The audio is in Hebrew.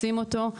רוצים אותו,